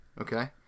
Okay